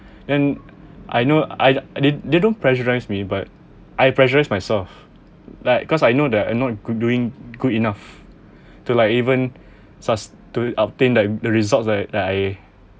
then I know I I didn't they don't pressurise me but I pressure myself like cause I know the I'm not doing good enough to like even sus~ to obtain like results that that I